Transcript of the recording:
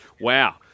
wow